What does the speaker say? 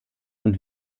und